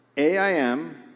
AIM